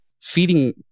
feeding